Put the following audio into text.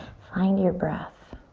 find your breath.